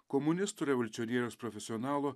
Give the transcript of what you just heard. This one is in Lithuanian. komunistų revoliucionieriaus profesionalo